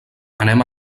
anem